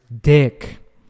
dick